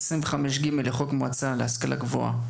25ג לחוק המועצה להשכלה גבוהה,